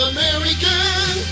American